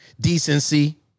Decency